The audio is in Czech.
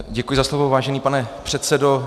Děkuji za slovo, vážený pane předsedo.